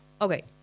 Okay